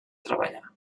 treballar